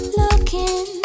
looking